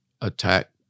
attack